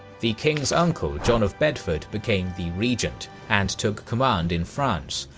the king's uncle, john of bedford, became the regent and took command in france,